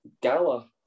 Gala